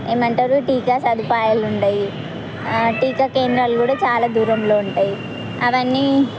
ఏమంటారు టీకా సదుపాయాలు ఉండవు టీకా కేంద్రాలు కూడా చాలా దూరంలో ఉంటాయి అవన్నీ